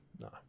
no